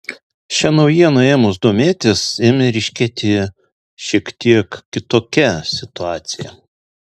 šia naujiena ėmus domėtis ėmė ryškėti šiek tiek kitokia situacija